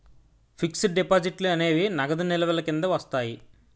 fixed డిపాజిట్లు అనేవి నగదు నిల్వల కింద వస్తాయి